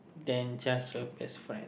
than just a best friend